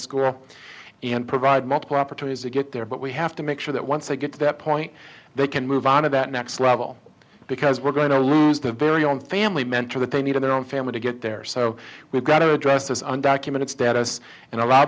school and provide multiple opportunities to get there but we have to make sure that once they get to that point they can move on to that next level because we're going to lose the very own family mentor that they need in their own family to get there so we've got to address those undocumented status and a